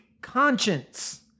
conscience